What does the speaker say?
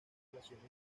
relaciones